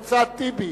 אחמד טיבי,